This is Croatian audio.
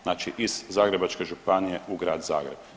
Znači iz Zagrebačke županije u Grad Zagreb.